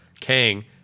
Kang